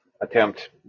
attempt